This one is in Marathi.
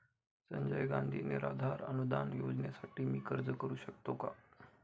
संजय गांधी निराधार अनुदान योजनेसाठी मी अर्ज करू शकतो का?